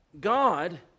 God